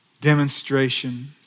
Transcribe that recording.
demonstration